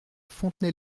fontenay